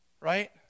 right